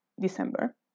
December